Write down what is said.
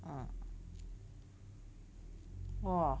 ah !whoa!